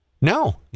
No